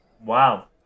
Wow